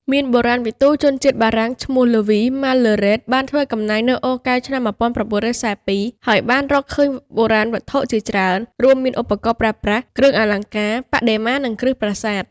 មានបុរាណវិទូជនជាតិបារាំងឈ្មោះ ល្វី ម៉ាល់ឡឺរ៉េត បានធ្វើកំណាយនៅអូរកែវ ឆ្នាំ១៩៤២ ហើយបានរកឃើញបុរាណវត្ថុជាច្រើន រួមមានឧបករណ៍ប្រើប្រាស់ គ្រឿងអលង្ការ បដិមា និងគ្រឹះប្រាសាទ។